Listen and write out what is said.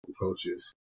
coaches